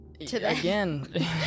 Again